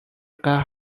قهر